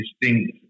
distinct